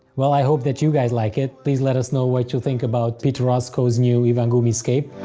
well i hope that you guys like it! please let us know what you think about peter roscoe's new iwagumi scape.